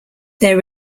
their